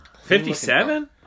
Fifty-seven